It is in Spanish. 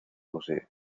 posee